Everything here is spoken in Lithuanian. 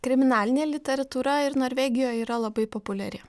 kriminalinė literatūra ir norvegijoj yra labai populiari